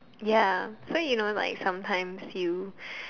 ya so you know sometimes you